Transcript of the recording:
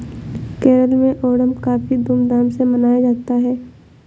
केरल में ओणम काफी धूम धाम से मनाया जाता है